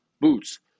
boots